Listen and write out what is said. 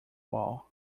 wall